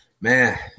man